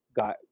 got